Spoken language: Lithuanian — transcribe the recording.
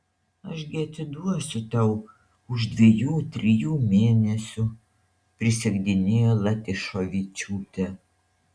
aš gi atiduosiu tau už dviejų trijų mėnesių prisiekdinėjo latyšovičiūtė